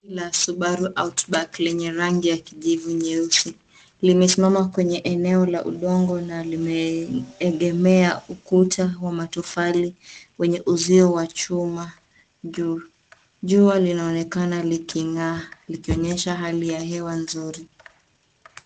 Subaru Outback yenye rangi ya kijivuji nyeusi imesimama kwenye eneo la udongo na limeegemea ukuta wa matofali wenye uzio wa chuma juu. Jua linaonekana liking’aa likionyesha hali ya hewa nzuri.